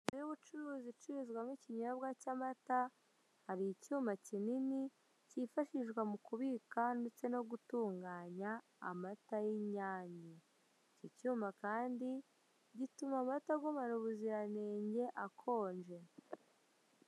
Inzu y'ubucuruzi icururizwamo ikinyobwa cy'amata hari icyuma kinini kifashishwa mu kubika ndetse no gutunganya amata y'Inyange. Icyo cyuma kandi gituma amata agumana ubuziranenge akonje.